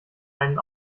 einen